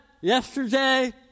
yesterday